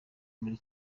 muri